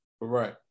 Right